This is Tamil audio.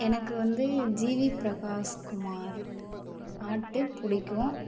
எனக்கு வந்து ஜிவி பிரகாஷ் குமார் பாட்டு பிடிக்கும்